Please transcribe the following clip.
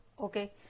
Okay